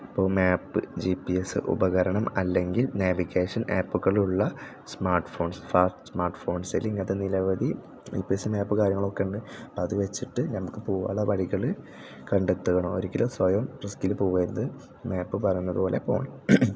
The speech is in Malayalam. ഇപ്പോൾ മാപ്പ് ജി പി എസ് ഉപകരണം അല്ലെങ്കിൽ നാവിഗേഷൻ ആപ്പുകളുള്ള സ്മാർട്ട് ഫോൺ സ്മാർട്ട് ഫോൺസിൽ ഇങ്ങനത്തെ നിരവധി ജി പി എസ് മാപ്പ് കാര്യങ്ങളൊക്കെയുണ്ട് അപ്പം അത് വെച്ചിട്ട് നമുക്ക് പോകാനുള്ള വഴികൾ കണ്ടെത്തണം ഒരിക്കലും സ്വയം റിസ്ക്കിൽ പോകരുത് മാപ്പ് പറയുന്നത് പോലെ പോകണം